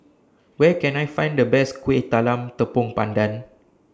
Where Can I Find The Best Kueh Talam Tepong Pandan